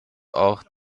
auch